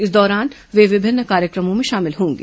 इस दौरान वे विभिन्न कार्यक्रमों में शामिल होंगे